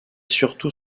surtout